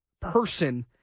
person